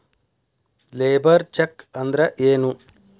Labour check ಅಂದ್ರ ಏನು?